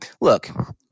look